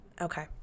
okay